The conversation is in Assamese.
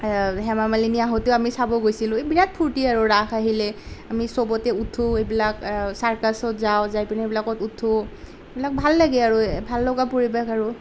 হেমা মানিনী আহোঁতেও আমি চাব গৈছিলোঁ এই বিৰাট ফূৰ্তি আৰু ৰাস আহিলে আমি চবতে উঠোঁ এইবিলাক চাৰ্কাচত যাওঁ যাই পেনি সেইবিলাকত উঠোঁ সেইবিলাক ভাল লাগে আৰু ভাল লগা পৰিৱেশ আৰু